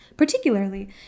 Particularly